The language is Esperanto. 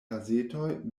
gazetoj